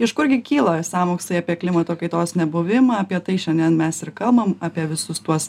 iš kurgi kyla sąmokslai apie klimato kaitos nebuvimą apie tai šiandien mes ir kalbam apie visus tuos